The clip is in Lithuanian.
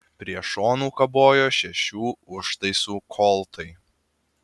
prie šonų kabojo šešių užtaisų koltai